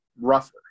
rougher